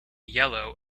yellow